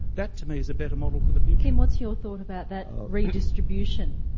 that to me is a better model for the future. kim, what's your thought about that redistribution?